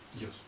Yes